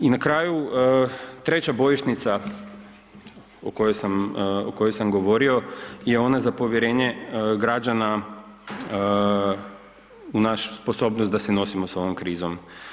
I na kraju, treća bojišnica o kojoj sam, o kojoj sam govorio je ona za povjerenje građana u našu sposobnost da se nosimo s ovom krizom.